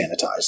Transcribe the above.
sanitized